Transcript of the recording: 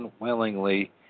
unwillingly